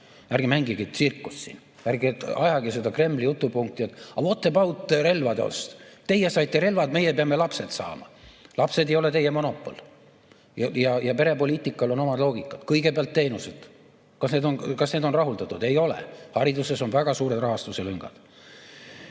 Ärge mängige siin tsirkust! Ärge ajage seda Kremli jutupunkti, et agawhat aboutrelvade ost? Teie saite relvad, meie peame lapsed saama. Lapsed ei ole teie monopol. Perepoliitikal on oma loogika. Kõigepealt teenused – kas need on rahuldatud? Ei ole. Hariduses on väga suured rahastuse lüngad.